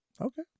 Okay